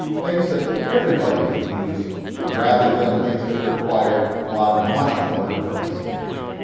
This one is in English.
things that everybody could use rather than things that required a lot of money in order to participate in them.